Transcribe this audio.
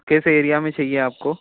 किस एरिया में चाहिए आपको